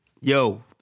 Yo